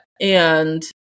and-